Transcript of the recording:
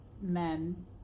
men